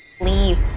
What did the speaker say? leave